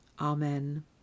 Amen